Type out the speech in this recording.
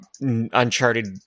Uncharted